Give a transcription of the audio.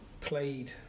played